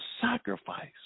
sacrifice